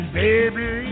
baby